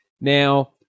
Now